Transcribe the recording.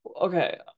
okay